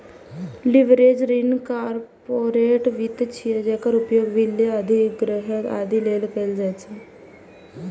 leveraged ऋण corporate वित्त छियै, जेकर उपयोग विलय, अधिग्रहण, आदि लेल कैल जाइ छै